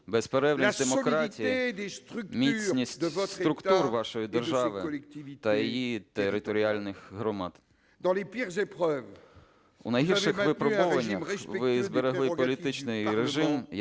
безперервність демократії, міцність структур вашої держави та її територіальних громад. У найгірших випробовуваннях ви зберегли політичний режим,